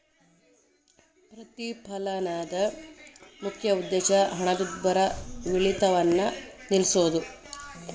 ಪ್ರತಿಫಲನದ ಮುಖ್ಯ ಉದ್ದೇಶ ಹಣದುಬ್ಬರವಿಳಿತವನ್ನ ನಿಲ್ಸೋದು